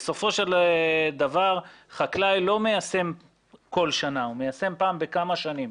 בסופו של דבר חקלאי לא מיישם כל שנה אלא הוא מיישם פעם בכמה שנים.